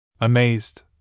Amazed